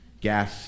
gas